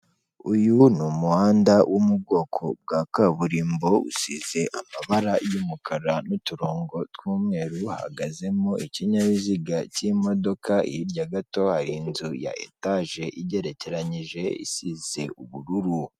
Uyu ni umuhanda wo mu bwoko bwa kaburimbo, usize amabara y'umukara n'uturongo tw'umweru, hahagazemo ikinyabiziga cy'imodoka, hirya gato hari inzu ya etaje igerekeranyije, isize ubururu.